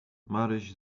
maryś